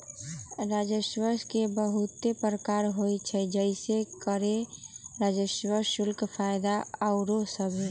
राजस्व के बहुते प्रकार होइ छइ जइसे करें राजस्व, शुल्क, फयदा आउरो सभ